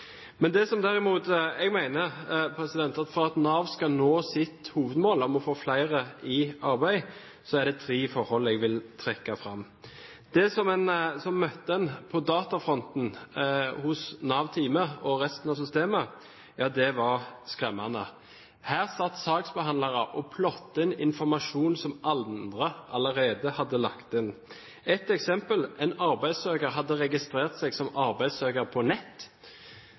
Men for at Nav skal nå sitt hovedmål om å få flere i arbeid, er det tre forhold jeg vil trekke fram. Det som møtte meg på datafronten hos Nav Time – og resten av systemet – var skremmende. Her satt saksbehandlere og plottet inn informasjon som andre allerede hadde lagt inn. Et eksempel: En arbeidssøker hadde registrert seg som arbeidssøker på nett.